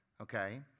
okay